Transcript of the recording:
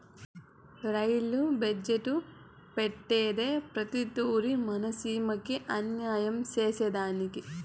rail budget పెట్టేదే ప్రతి తూరి మన సీమకి అన్యాయం సేసెదానికి